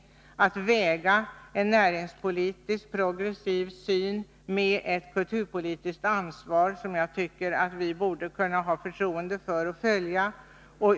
Den har vägt samman en näringspolitiskt progressiv syn med ett kulturpolitiskt ansvar, något som jag tycker att vi borde kunna ha förtroende för och kunna följa.